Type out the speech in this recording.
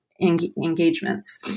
engagements